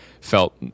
felt